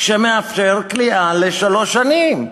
שמאפשר כליאה לשלוש שנים,